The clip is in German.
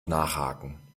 nachhaken